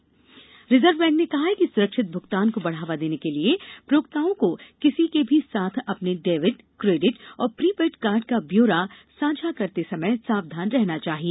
reserve bank reserve bank ने कहा है कि सुरक्षित भूगतान को बढ़ावा देने के लिए प्रयोक्ताओँ को किसी के भी साथ अपने डेबिट क्रेडिट और प्री पेड़ कार्ड का ब्योरा साझा करते समय सावधान रहना चाहिए